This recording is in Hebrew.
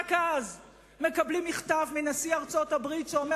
רק אז מקבלים מכתב מנשיא ארצות-הברית שאומר